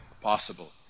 possible